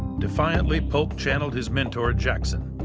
defiantly, polk channeled his mentor, jackson,